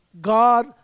God